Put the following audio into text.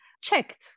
checked